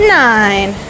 nine